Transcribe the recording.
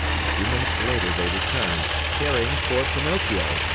a few minutes later they returned, carrying poor pinocchio,